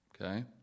Okay